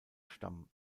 stamm